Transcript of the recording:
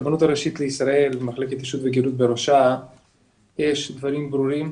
הרבנות הראשית לישראל ומחלקת אישות וגירות בראשה יש דברים ברורים,